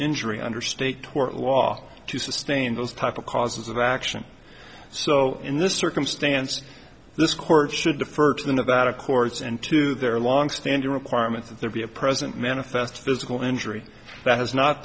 injury under state tort law to sustain those type of causes of action so in this circumstance this court should defer to them about a course and to their longstanding requirement that there be a present manifest physical injury that has not